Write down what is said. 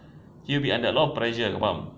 he'll be under a lot of pressure faham